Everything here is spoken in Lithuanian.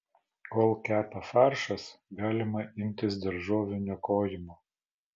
kol kepa faršas galima imtis daržovių niokojimo